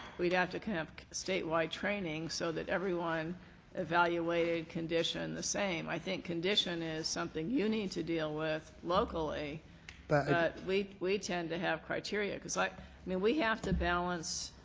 we'd have to have statewide training so that everyone evaluated condition the same. i think condition is something you need to deal with locally, but we tend to have criteria. because i mean we have to balance